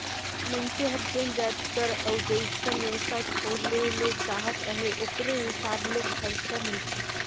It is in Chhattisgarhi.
मइनसे हर जेन जाएत कर अउ जइसन बेवसाय खोले ले चाहत अहे ओकरे हिसाब ले खरचा मिलथे